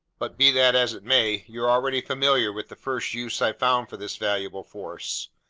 but be that as it may, you're already familiar with the first use i've found for this valuable force.